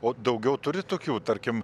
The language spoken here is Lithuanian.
o daugiau turit tokių tarkim